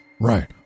Right